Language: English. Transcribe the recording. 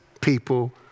people